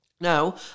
Now